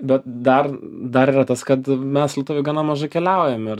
bet dar dar yra tas kad mes lietuviai gana mažai keliaujam ir